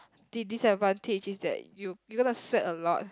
the disadvantage is that you you going to sweat a lot